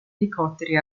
elicotteri